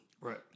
Right